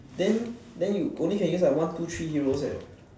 then then you only can use one two three heroes leh